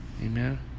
Amen